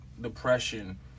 depression